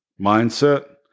mindset